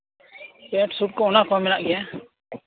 tracksuit ᱠᱚ ᱚᱱᱟ ᱠᱚᱦᱚᱸ ᱢᱮᱱᱟᱜ ᱜᱮᱭᱟ